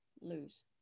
lose